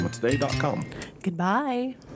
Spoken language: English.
Goodbye